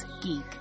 geek